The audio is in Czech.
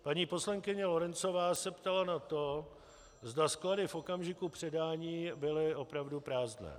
Paní poslankyně Lorencová se ptala na to, zda sklady v okamžiku předání byly opravdu prázdné.